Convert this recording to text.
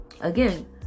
Again